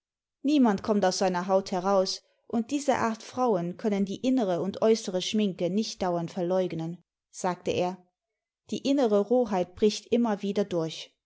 niemand kommt aus seiner haut heraus und diese art frauen können die innere und äußere schminke nicht dauernd verleugnen sagte er die innere roheit bricht immer wieder durch